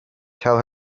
tell